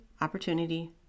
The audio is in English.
opportunity